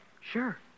Sure